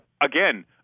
again